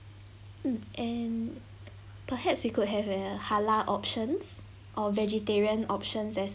mm and perhaps we could have a halal options or vegetarian options as